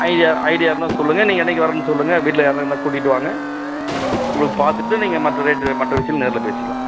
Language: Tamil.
ஐடியா ஐடியா இருந்தால் சொல்லுங்க நீங்கள் என்றைக்கி வர்றேன்னு சொல்லுங்க வீட்டில் யார்னா இருந்தால் கூட்டிகிட்டு வாங்க உங்களுக்கு பார்த்துட்டு நீங்கள் மற்ற ரேட்டு மற்ற விஷயம் நேரில் பேசிக்கலாம்